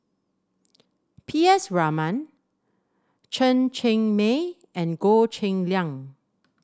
P S Raman Chen Cheng Mei and Goh Cheng Liang